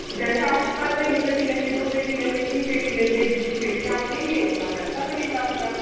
जैसा आप फल लेंगे एक पेटी लेंगे दो पेटी लेंगे तीन पेटी लेंगे जितनी पेटियाँ आप लेंगे उतना पैसा लगेगा आपका